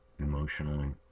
Emotionally